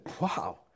Wow